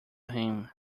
him